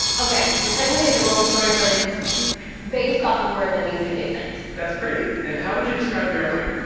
ok so technically it's a long story, but it's based off a word that means to give thanks. that's pretty. and how would you describe your upbringing?